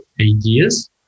ideas